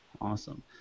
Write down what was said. Awesome